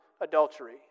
adultery